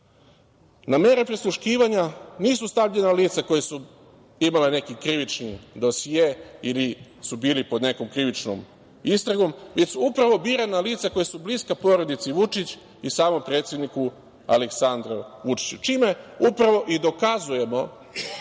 mere prisluškivanja nisu stavljena lica koja su imala neki krivični dosije ili su bili pod nekom krivičnom istragom, već su upravo birana lica koja su bliska porodici Vučić i samom predsedniku Aleksandru Vučiću, čime upravo i dokazujemo